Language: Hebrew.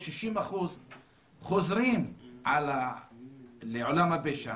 60% חוזרים לעולם הפשע